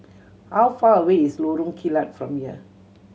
how far away is Lorong Kilat from here